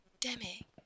Demi